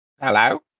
hello